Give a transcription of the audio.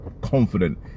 confident